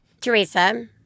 Teresa